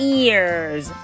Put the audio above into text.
ears